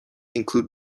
include